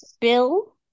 Bill